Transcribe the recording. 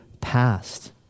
past